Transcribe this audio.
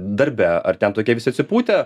darbe ar ten tokie visi atsipūtę